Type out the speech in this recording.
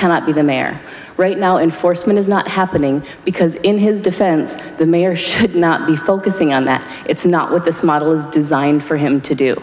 cannot be the mare right now enforcement is not happening because in his defense the mayor should not be focusing on that it's not with this model is designed for him to do